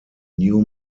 new